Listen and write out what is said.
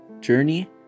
journey